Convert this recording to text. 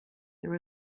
there